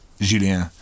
Julien